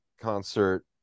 concert